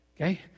Okay